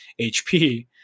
hp